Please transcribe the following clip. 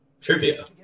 Trivia